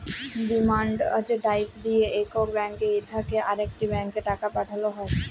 demand draft দিঁয়ে ইকট bank থ্যাইকে আরেকট ব্যাংকে টাকা পাঠাল হ্যয়